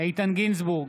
איתן גינזבורג,